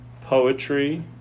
Poetry